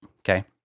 okay